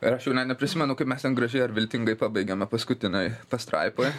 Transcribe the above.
ir aš jau net neprisimenu kaip mes ten gražiai ar viltingai pabaigėme paskutinėj pastraipoj